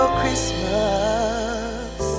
Christmas